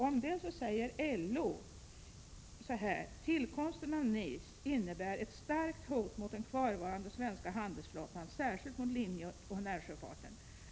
Om det registret säger LO: ”Tillkomsten av NIS innebär ett starkt hot mot den kvarvarande svenska handelsflottan, särskilt mot linjeoch närsjöfarten.